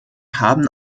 haben